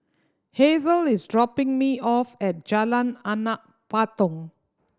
hasel is dropping me off at Jalan Anak Patong